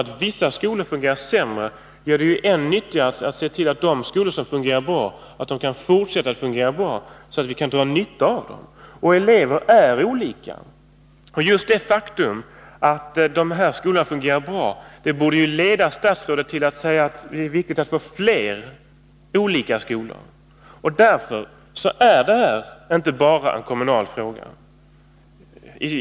Det förhållandet att vissa fungerar sämre gör det ännu angelägnare att se till att de skolor som fungerar bra kan fortsätta att fungera bra, så att vi kan dra nytta av dem. Elever är ju olika. Just det faktum att de här skolorna fungerar bra borde få statsrådet att säga att det är viktigt att få fler olika skolor. Därför är detta inte bara en kommunal fråga.